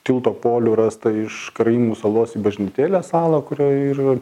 tilto polių rasta iš karaimų salos į bažnytėlės salą kurioj ir